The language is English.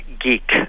geek